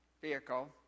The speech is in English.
vehicle